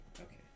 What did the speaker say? Okay